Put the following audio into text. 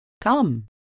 Come